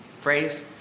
phrase